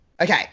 Okay